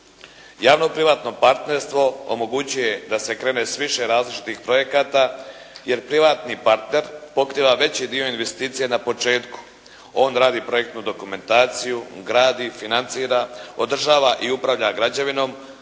Javno-privatno partnerstvo omogućuje da se krene s više različitih projekata, jer privatni partner pokriva veći dio investicija na početku. On radi projektnu dokumentaciju, gradi, financira, održava i upravlja građevinom,